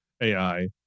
AI